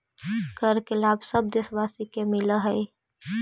कर के लाभ सब देशवासी के मिलऽ हइ